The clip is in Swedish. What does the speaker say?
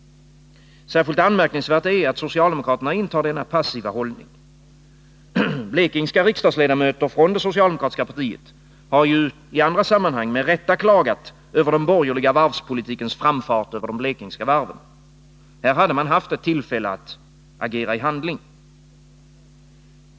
Särskilt anmärkningsvärt är att socialdemokraterna intar denna passiva hållning. Blekingska riksdagsledamöter från det socialdemokratiska partiet har i andra sammanhang med rätta klagat över den borgerliga varvspolitikens framfart över de blekingska varven. Här hade man haft ett tillfälle att agera i handling.